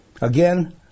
Again